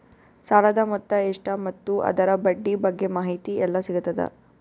ಸಾಲದ ಮೊತ್ತ ಎಷ್ಟ ಮತ್ತು ಅದರ ಬಡ್ಡಿ ಬಗ್ಗೆ ಮಾಹಿತಿ ಎಲ್ಲ ಸಿಗತದ?